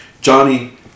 Johnny